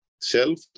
self